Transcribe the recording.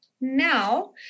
Now